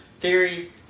Theory